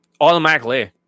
automatically